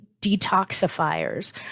detoxifiers